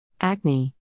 Acne